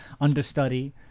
understudy